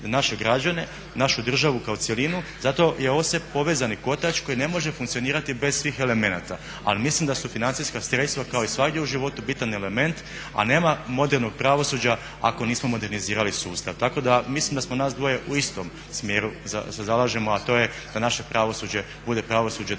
naše građane, našu državu kao cjelinu. Zato je ovo sve povezani kotač koji ne može funkcionirati bez svih elemenata. Ali mislim da su financijska sredstva kao i svagdje u životu bitan element, a nema modernog pravosuđa ako nismo modernizirali sustav. Tako da mislim da smo nas dvoje u istom smjeru se zalažemo, a to je da naše pravosuđe bude pravosuđe dostojno